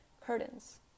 curtains